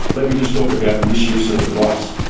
let me just talk about misuse of a device.